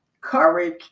courage